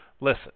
Listen